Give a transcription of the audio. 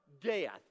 death